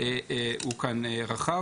הוא כאן רחב.